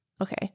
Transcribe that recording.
Okay